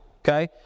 okay